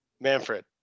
Manfred